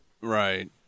Right